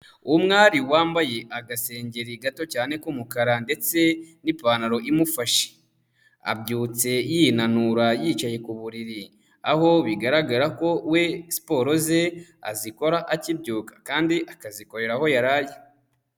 Umwari wambaye agasengeri gato cyane k'umukara ndetse n'ipantaro imufashe. Abyutse yinanura yicaye ku buriri, aho bigaragara ko we siporo ze azikora akibyuka kandi akazikorera aho yaraye.